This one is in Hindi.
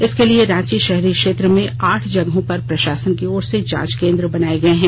इसके लिए रांची शहरी क्षेत्र में आठ जगहों पर प्रशासन की ओर से जांच केन्द्र बनाये गए हैं